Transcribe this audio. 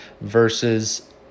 versus